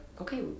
Okay